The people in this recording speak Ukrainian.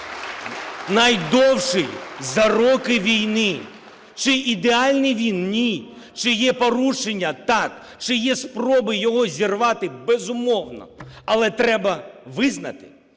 Найдовший за роки війни. Чи ідеальний він? Ні. Чи є порушення? Так. Чи є спроби його зірвати? Безумовно. Але треба визнати: